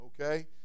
Okay